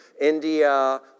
India